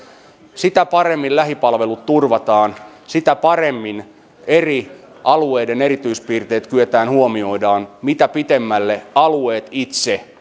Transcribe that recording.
sitä paremmin lähipalvelut turvataan sitä paremmin eri alueiden erityispiirteet kyetään huomioimaan mitä pitemmälle alueet itse